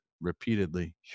repeatedly